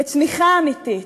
לצמיחה אמיתית.